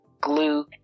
glue